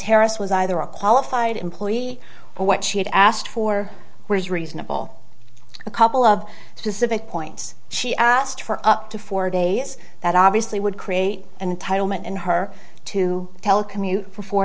harris was either a qualified employee or what she had asked for was reasonable a couple of specific points she asked for up to four days that obviously would create an entitlement in her to telecommute for four